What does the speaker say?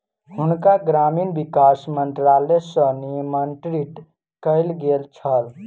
हुनका ग्रामीण विकास मंत्रालय सॅ निमंत्रित कयल गेल छल